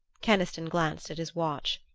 keniston glanced at his watch.